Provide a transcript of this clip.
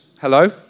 hello